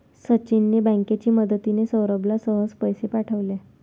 सचिनने बँकेची मदतिने, सौरभला सहज पैसे पाठवले